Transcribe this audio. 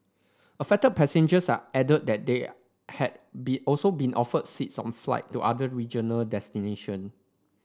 affected passengers are added that they had be also been offered seats on flight to other regional destination